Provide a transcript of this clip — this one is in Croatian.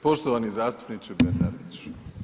Poštovani zastupniče Bernardić.